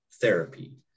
therapy